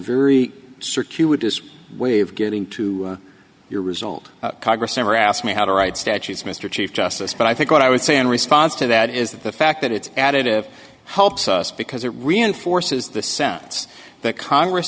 very circuitous way of getting to your result congress never asked me how to write statutes mr chief justice but i think what i would say in response to that is that the fact that it's additive helps us because it reinforces the sense that congress